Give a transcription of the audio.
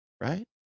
right